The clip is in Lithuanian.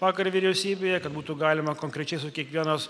vakar vyriausybėje kad būtų galima konkrečiai su kiekvienos